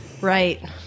right